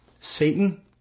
Satan